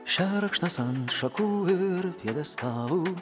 šerkšnas ant šakų ir pjedestalo